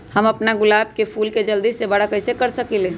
हम अपना गुलाब के फूल के जल्दी से बारा कईसे कर सकिंले?